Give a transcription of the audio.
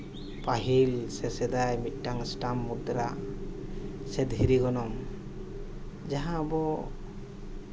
ᱯᱟᱹᱦᱤᱞ ᱥᱮ ᱥᱮᱫᱟᱭ ᱢᱤᱫᱴᱟᱱ ᱥᱴᱮᱢ ᱢᱩᱫᱽᱨᱟ ᱥᱮ ᱫᱷᱤᱨᱤ ᱜᱚᱱᱚᱝ ᱡᱟᱦᱟᱸ ᱟᱵᱚ